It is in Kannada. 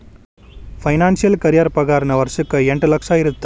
ಫೈನಾನ್ಸಿಯಲ್ ಕರಿಯೇರ್ ಪಾಗಾರನ ವರ್ಷಕ್ಕ ಎಂಟ್ ಲಕ್ಷ ಇರತ್ತ